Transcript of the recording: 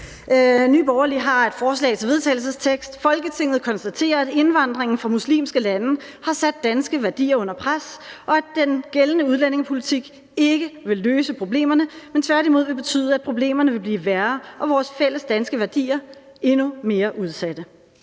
til vedtagelse: Forslag til vedtagelse »Folketinget konstaterer, at indvandringen fra muslimske lande har sat danske værdier under pres, og at den gældende udlændingepolitik ikke vil løse problemerne, men tværtimod vil betyde, at problemerne vil blive værre og vores fælles danske værdier endnu mere udsatte.